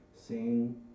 sing